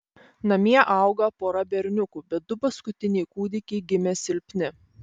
namie auga pora berniukų bet du paskutiniai kūdikiai gimė silpni